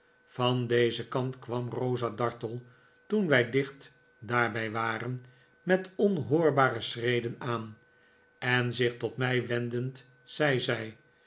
van dezen kant kwam rosa dartle toen wij dicht daarbij waren met onhoorbare schreden aan en zich tot mij wendend zei